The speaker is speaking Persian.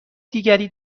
دیگری